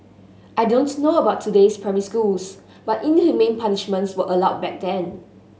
I don't know about today's primary schools but inhumane punishments was allowed back then